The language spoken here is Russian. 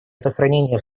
сохранения